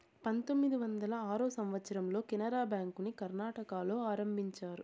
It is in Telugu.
పంతొమ్మిది వందల ఆరో సంవచ్చరంలో కెనరా బ్యాంకుని కర్ణాటకలో ఆరంభించారు